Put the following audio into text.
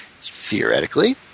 Theoretically